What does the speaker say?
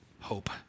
hope